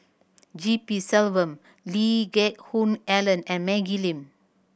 G P Selvam Lee Geck Hoon Ellen and Maggie Lim